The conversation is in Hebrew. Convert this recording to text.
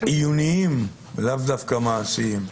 עיוניים ולאו דווקא מעשיים.